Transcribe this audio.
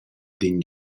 d’in